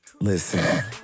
Listen